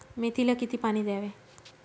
मेथीला किती पाणी द्यावे?